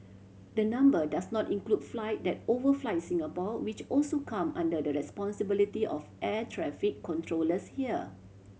the number does not include flight that overfly Singapore which also come under the responsibility of air traffic controllers here